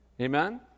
Amen